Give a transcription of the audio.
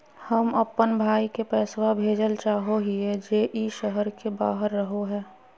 हम अप्पन भाई के पैसवा भेजल चाहो हिअइ जे ई शहर के बाहर रहो है